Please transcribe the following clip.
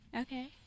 Okay